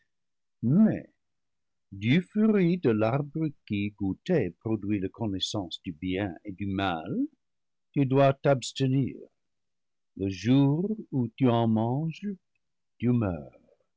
mais du fruit de l'arbre qui goûté produit la connaissance du bien et du mal tu dois t'abstenir le jour où tu en manges tu moeurs